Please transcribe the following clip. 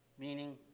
Meaning